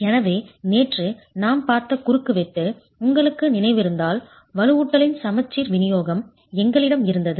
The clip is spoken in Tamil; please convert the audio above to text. எனவே நேற்று நாம் பார்த்த குறுக்குவெட்டு உங்களுக்கு நினைவிருந்தால் வலுவூட்டலின் சமச்சீர் விநியோகம் எங்களிடம் இருந்தது